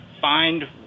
find